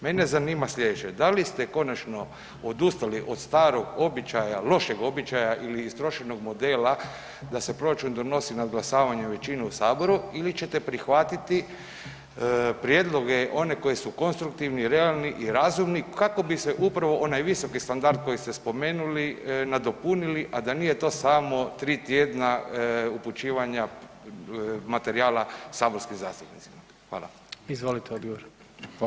Mene zanima slijedeće, da li ste konačno odustali od starog običaja, lošeg običaja ili istrošenog modela da se proračun donosi nadglasavanjem većine u saboru ili ćete prihvatiti prijedloge one koji su konstruktivni i realni i razumni kako bi se upravo onaj visoki standard kojeg ste spomenuli, nadopunili, a da nije to samo 3 tjedna upućivanja materijala saborskim zastupnicima?